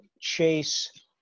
chase